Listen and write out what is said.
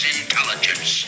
intelligence